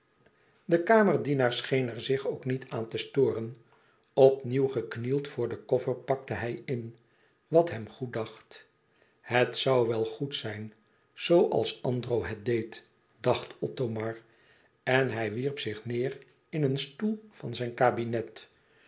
de kamerdienaar scheen er zich ook niet aan te storen opnieuw geknield voor den koffer pakte hij in wat hem goed dacht het zoû wel goed zijn zooals andro het deed dacht othomar en hij wierp zich neêr in een stoel van zijn kabinet